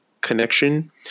connection